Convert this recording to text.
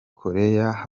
koreya